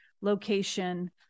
location